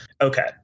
okay